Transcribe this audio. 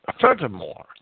Furthermore